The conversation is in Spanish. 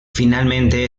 finalmente